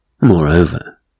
Moreover